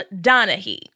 Donahue